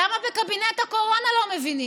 למה בקבינט הקורונה לא מבינים?